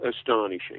astonishing